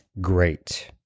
great